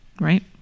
Right